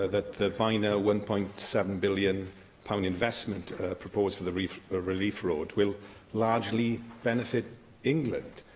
ah that the by-now one point seven billion pounds investment proposed for the relief ah relief road will largely benefit england?